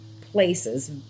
places